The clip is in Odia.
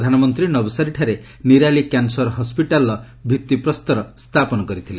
ପ୍ରଧାନମନ୍ତ୍ରୀ ନବସାରିଠାରେ ନିରାଲି କ୍ୟାନସର୍ ହସ୍ୱିଟାଲ୍ର ଭିତ୍ତି ପ୍ରସ୍ତର ସ୍ଥାପନ କରିଥିଲେ